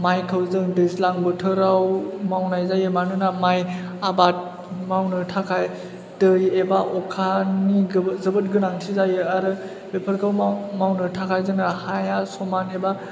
माइखौ जों दैज्लां बोथोराव मावनाय जायो मानोना माइ आबाद मावनो थाखाय दै एबा अखानि जोबोद गोनांथि जायो आरो बेफोरखौ माव मावनो थाखाय जोंहा हाया समान एबा